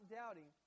doubting